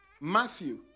Matthew